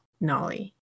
Nolly